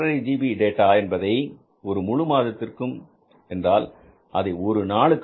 5 GB data என்பதை ஒரு முழு மாதத்திற்கு என்றால் அதை ஒரு நாளைக்கு 1